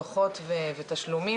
משטרת ישראל כששולחת דוח בדואר,